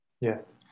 Yes